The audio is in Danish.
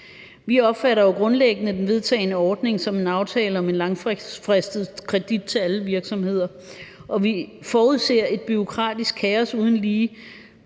Vi opfatter jo grundlæggende den vedtagne ordning som en aftale om en langfristet kredit til alle virksomheder, og vi forudser et bureaukratisk kaos uden lige,